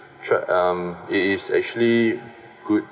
try um it is actually good